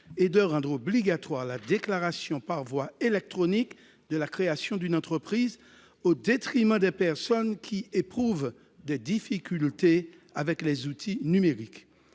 et de rendre obligatoire la déclaration par voie électronique de la création d'une entreprise, au détriment des personnes qui éprouvent des difficultés avec les outils numériques.